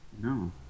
no